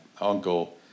uncle